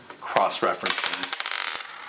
cross-referencing